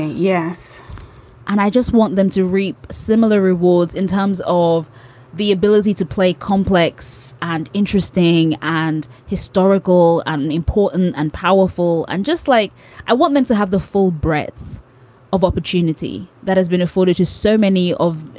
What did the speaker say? yes and i just want them to reap similar rewards in terms of the ability to play complex and interesting and historical and and important and powerful. and just like i want them to have the full breadth of opportunity that has been afforded to so many of it.